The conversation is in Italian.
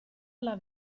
alla